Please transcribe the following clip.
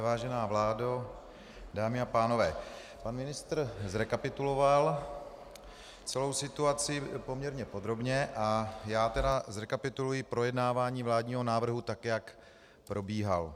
Vážená vládo, dámy a pánové, pan ministr zrekapituloval celou situaci poměrně podrobně a já zrekapituluji projednávání vládního návrhu tak, jak probíhal.